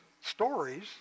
stories